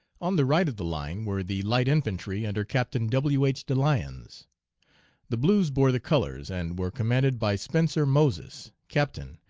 on the right of the line were the light infantry under captain w. h. delyons. the blues bore the colors, and were commanded by spencer moses, captain,